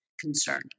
concern